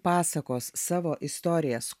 pasakos savo istorijas